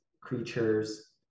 creatures